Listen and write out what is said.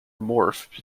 morph